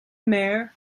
mayor